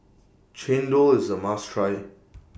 Chendol IS A must Try